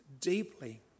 deeply